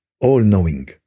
all-knowing